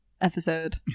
episode